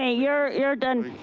ah you're you're done,